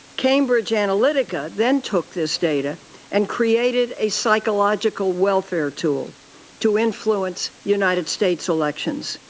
cambridge analytica then took this data and created a psychological welfare tool to influence united states elections.